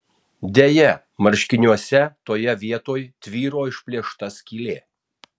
deja marškiniuose toje vietoj tvyro išplėšta skylė